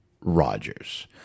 Rogers